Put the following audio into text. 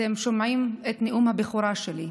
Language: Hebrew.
אתם שומעים את נאום הבכורה שלי,